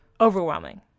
Overwhelming